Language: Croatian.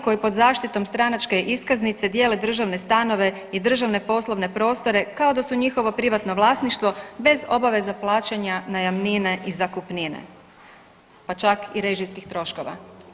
koji pod zaštitom stranačke iskaznice dijele državne stanove i državne poslovne prostore kao da su njihovo privatno vlasništvo bez obaveza plaćanja najamnine i zakupnine, pa čak i režijskih troškova.